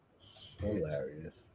Hilarious